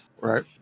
right